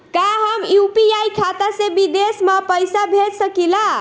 का हम यू.पी.आई खाता से विदेश म पईसा भेज सकिला?